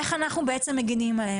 איך אנחנו מגנים עליהם.